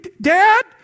Dad